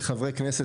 חברי הכנסת,